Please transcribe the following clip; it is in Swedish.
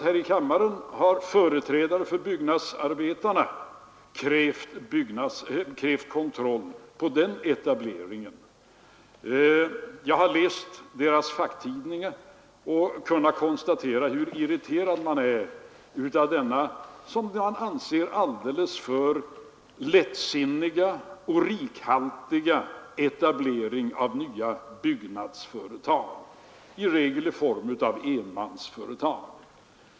Här i kammaren har företrädare för byggnadsarbetarna krävt kontroll av den etableringen. Jag har läst deras facktidning och kunnat konstatera hur irriterade de är av denna, som de anser, alldeles för lättsinniga och rikhaltiga etablering av nya byggnadsföretag, i regel i form av enmansföretag.